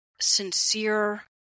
sincere